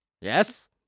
Yes